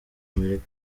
amerika